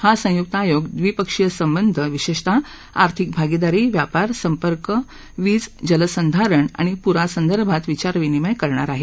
हा संयुक्त आयोग द्विपक्षीय संबंध विशेषतः आर्थिक भागीदारी व्यापार संपर्क वीज जलसंधारण आणि पुरासंदर्भात विचार विनिमय करणार आहेत